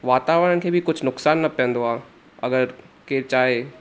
वातावरण खे बि कुझु नुक़सानु न पवंदो आहे अगरि केरु चाहे